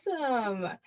Awesome